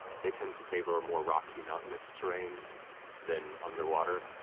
they tend to favor more rocky, mountainous terrain than underwater.